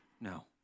No